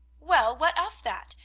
well! what of that!